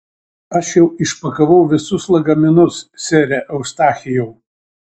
aš jau išpakavau visus lagaminus sere eustachijau